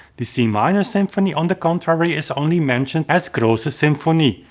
the c minor symphony on the contrary is only mentioned as grosse symphony.